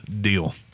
deal